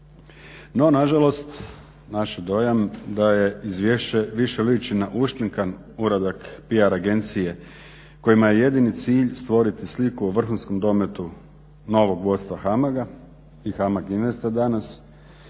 No nažalost naš je dojam da je izvješće više liči na ušminkan uradak PR agencije kojima je jedini cilj stvoriti sliku o vrhunskom dometu novog vodstva HAMG-a i HAMAG INVEST-a danas